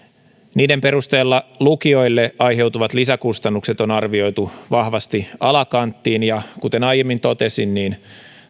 niiden perusteella lukioille aiheutuvat lisäkustannukset on arvioitu vahvasti alakanttiin kuten aiemmin totesin